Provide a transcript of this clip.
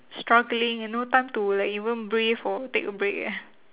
struggling and no time to like even breathe or take a break eh